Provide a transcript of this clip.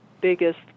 biggest